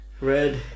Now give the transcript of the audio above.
Red